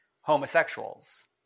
homosexuals